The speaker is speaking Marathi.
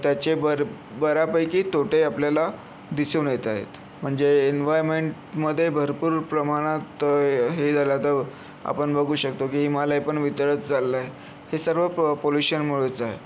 त्याचे बर बऱ्यापैकी तोटे आपल्याला दिसून येत आहेत म्हणजे एन्व्हायमेंटमध्ये भरपूर प्रमाणात हे झालं आता आपण बघू शकतो की हिमालय पण वितळत चालला आहे हे सर्व पो पोल्युशन मुळेच आहे